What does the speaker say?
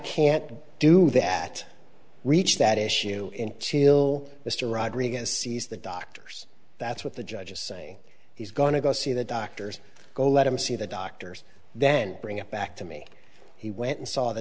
can't do that reach that issue in seal mr rodriguez sees the doctors that's what the judge is saying he's going to go see the doctors go let him see the doctors then bring it back to me he went and saw the